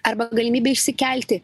arba galimybė išsikelti